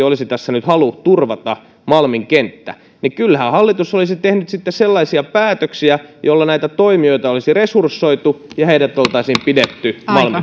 olisi tässä nyt halu turvata malmin kenttä niin kyllähän hallitus olisi tehnyt sitten sellaisia päätöksiä joilla näitä toimijoita olisi resursoitu ja heidät oltaisiin pidetty